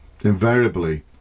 invariably